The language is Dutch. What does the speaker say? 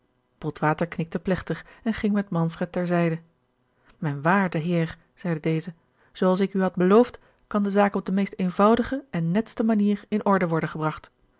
botwater knikte plechtig en ging met manfred ter zijde mijn waarde heer zeide deze zoo als ik u had beloofd kan de zaak op de meest eenvoudige en netste manier in orde worden gebracht